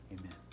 Amen